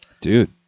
dude